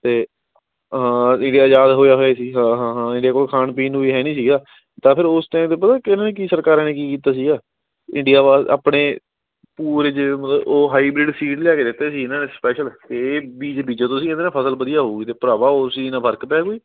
ਅਤੇ ਹਾਂ ਇੰਡੀਆ ਆਜ਼ਾਦ ਹੋਇਆ ਹੋਇਆ ਸੀ ਹਾਂ ਹਾਂ ਹਾਂ ਇੰਡੀਆਂ ਕੋਲ ਖਾਣ ਪੀਣ ਨੂੰ ਵੀ ਹੈ ਨਹੀਂ ਸੀਗਾ ਤਾਂ ਫਿਰ ਉਸ ਟਾਈਮ 'ਤੇ ਪਤਾ ਕਿਹਨਾਂ ਨੇ ਕੀ ਸਰਕਾਰਾਂ ਨੇ ਕੀ ਕੀਤਾ ਸੀਗਾ ਇੰਡੀਆ ਵਾਲ ਆਪਣੇ ਪੂਰੇ ਜਿਵੇਂ ਮਤਲਬ ਉਹ ਹਾਈਬ੍ਰਿਡ ਸੀਡ ਲਿਆ ਕੇ ਦਿੱਤੇ ਸੀ ਇਹਨਾਂ ਨੇ ਸਪੈਸ਼ਲ ਕਿ ਇਹ ਬੀਜ ਬੀਜੋ ਤੁਸੀਂ ਇਹਦੇ ਨਾਲ ਫ਼ਸਲ ਵਧੀਆ ਹੋਊਗੀ ਅਤੇ ਭਰਾਵਾ ਉਹ ਚੀਜ਼ ਨਾਲ ਫ਼ਰਕ ਪਿਆ ਕੋਈ